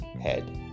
head